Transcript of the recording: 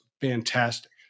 fantastic